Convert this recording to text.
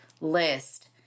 list